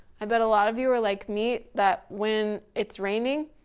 i bet a lot of you are like me that when it's raining,